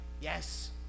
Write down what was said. yes